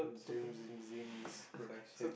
production